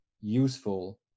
useful